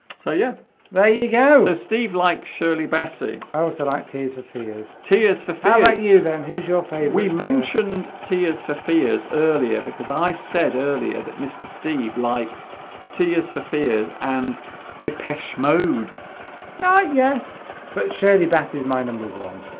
so yeah there you go there's ah steve like shirley bassey i also like tees for fears tears for failing you then who's your fav we mentioned tears for fears earlier because i said earlier that mr. steve likes tears for fears and depeche mode no yes but shirley bassey is my number one